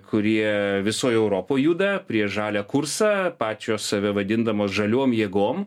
kurie visoj europoj juda prieš žalią kursą pačios save vadindamos žaliom jėgom